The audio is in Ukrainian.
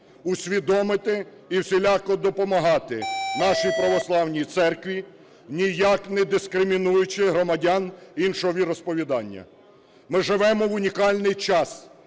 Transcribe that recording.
Усвідомити і всіляко допомагати нашій Православній Церкві, ніяк не дискримінуючи громадян іншого віросповідання. Ми живемо в унікальний час,